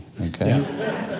Okay